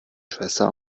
schwester